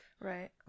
Right